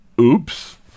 oops